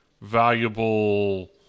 valuable